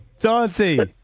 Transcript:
Dante